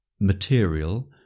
material